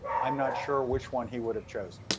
i'm not sure which one he would have chosen.